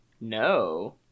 no